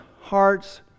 hearts